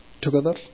together